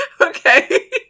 Okay